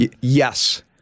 Yes